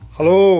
Hello